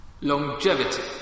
Longevity